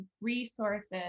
resources